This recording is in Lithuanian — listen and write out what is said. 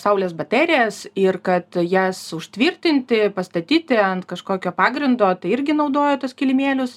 saulės baterijas ir kad jas užtvirtinti pastatyti ant kažkokio pagrindo tai irgi naudoja tuos kilimėlius